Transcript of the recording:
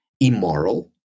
immoral